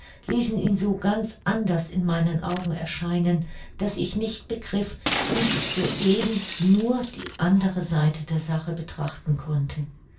ließen ihn so ganz anders in meinen augen erscheinen daß ich nicht begriff wie ich so eben nur die andere seite der sache betrachten konnte